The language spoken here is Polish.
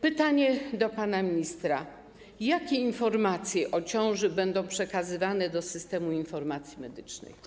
Pytanie do pana ministra: Jakie informacje o ciąży będą przekazywane do Systemu Informacji Medycznej?